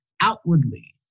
outwardly